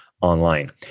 online